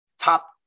top